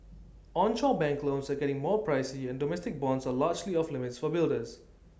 onshore bank loans are getting more pricey and domestic bonds are largely off limits for builders